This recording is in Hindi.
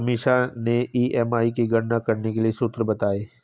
अमीषा ने ई.एम.आई की गणना करने के लिए सूत्र बताए